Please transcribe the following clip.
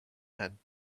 had